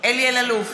אלי אלאלוף,